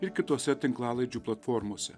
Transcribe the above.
ir kitose tinklalaidžių platformose